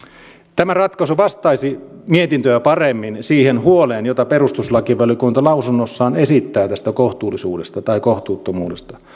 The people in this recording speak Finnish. tämä ratkaisu vastaisi mietintöä paremmin siihen huoleen jonka perustuslakivaliokunta lausunnossaan esittää tästä kohtuullisuudesta tai kohtuuttomuudesta